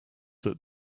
that